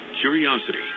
Curiosity